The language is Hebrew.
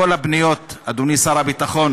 כל הפניות, אדוני שר הביטחון,